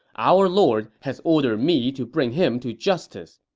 our lord has ordered me to bring him to justice.